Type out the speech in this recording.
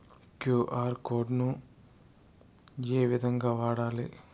QR code ను ఏ విధంగా వాడాలి?